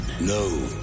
No